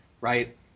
right